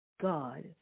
God